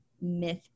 myth